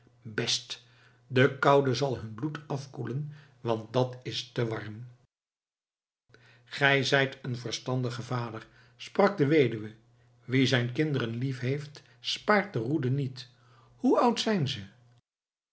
best de koude zal hun bloed afkoelen want dat is te warm gij zijt een verstandige vader sprak de weduwe wie zijne kinderen lief heeft spaart de roede niet hoe oud zijn ze